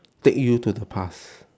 take you to the past